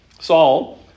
Saul